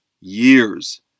years